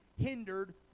hindered